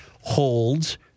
holds